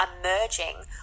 emerging